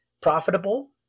profitable